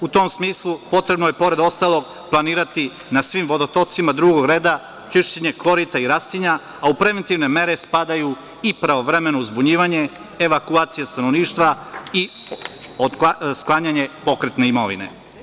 U tom smislu, potrebno je pored ostalog, planirati na svim vodotocima drugog reda, čišćenje korita i rastinja, a u preventivne mere spadaju i pravovremeno uzbunjivanje, evakuacija stanovništva i sklanjanje pokretne imovine.